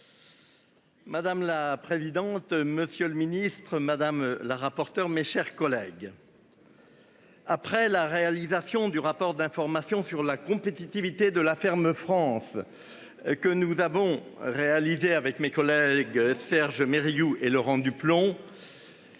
Madame la présidente, monsieur le ministre, madame la rapporteure, mes chers collègues. Après la réalisation du rapport d'information sur la compétitivité de la ferme France. Que nous avons réalisé avec mes collègues Serge mais Riou et Laurent Duplomb.